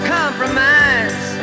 compromise